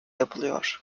yapılıyor